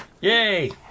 Yay